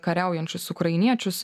kariaujančius ukrainiečius